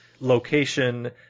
location